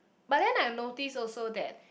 but then I notice also that